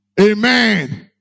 amen